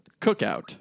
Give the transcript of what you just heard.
Cookout